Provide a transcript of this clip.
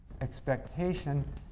expectation